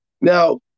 Now